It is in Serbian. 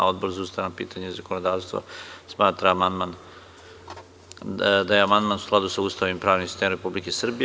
Odbor za ustavna pitanja i zakonodavstvo smatra da je amandman u skladu sa Ustavom i pravnim sistemom Republike Srbije.